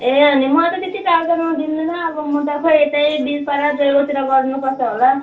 ए अनि मलाई त त्यति टाढो जानुदिँदैन अब म त खै यतै वीरपाडा जयगाउँतिर गर्नुपर्छ होला